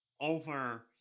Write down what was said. over